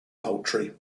poultry